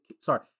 Sorry